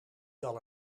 zal